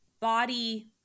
body